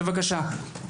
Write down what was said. בבקשה.